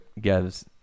gives